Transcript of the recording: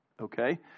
Okay